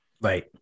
Right